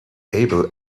able